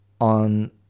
on